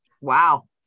wow